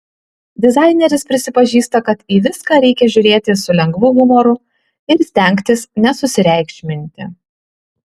dizaineris prisipažįsta kad į viską reikia žiūrėti su lengvu humoru ir stengtis nesusireikšminti